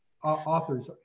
Authors